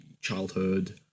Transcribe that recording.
childhood